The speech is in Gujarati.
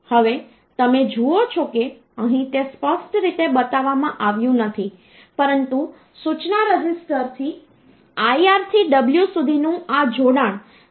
હવે તમે જુઓ છો કે અહીં તે સ્પષ્ટ રીતે બતાવવામાં આવ્યું નથી પરંતુ સૂચના રજિસ્ટરથી IR થી w સુધીનું આ જોડાણ તમે સમજી શકો છો